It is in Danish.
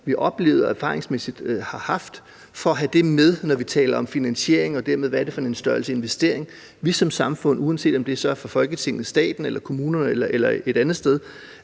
har oplevet og erfaringsmæssigt har haft, for at have det med, når vi taler om finansiering og dermed, hvad det er for en størrelse investering, vi som samfund – uanset om det så er i Folketinget, staten eller kommunerne eller et andet sted